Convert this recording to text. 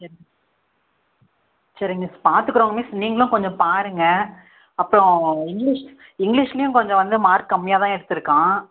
சரி சரி மிஸ் பார்த்துக்குறோங்க மிஸ் நீங்களும் கொஞ்சம் பாருங்கள் அப்புறம் இங்கிலிஷ் இங்கிலிஷ்லேயும் கொஞ்சம் வந்து மார்க் கம்மியாக தான் எடுத்திருக்கான்